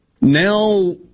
Now